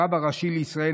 הרב הראשי לישראל,